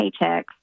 paychecks